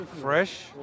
fresh